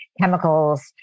chemicals